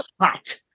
hot